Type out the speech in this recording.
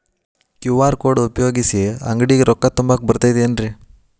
QR code ಉಪಯೋಗಿಸಿ, ಅಂಗಡಿಗೆ ರೊಕ್ಕಾ ತುಂಬಾಕ್ ಬರತೈತೇನ್ರೇ?